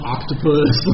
Octopus